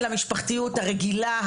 המשפחתיות הרגילה,